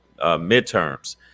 midterms